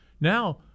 now